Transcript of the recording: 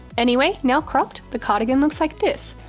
anyway now cropped, the cardigan looks like this!